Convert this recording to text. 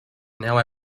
now